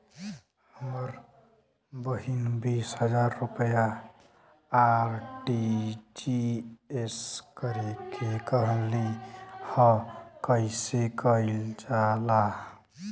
हमर बहिन बीस हजार रुपया आर.टी.जी.एस करे के कहली ह कईसे कईल जाला?